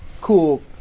cool